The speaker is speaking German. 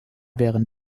während